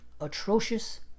Atrocious